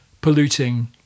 polluting